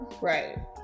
Right